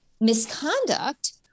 misconduct